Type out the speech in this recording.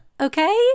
Okay